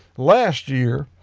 last year,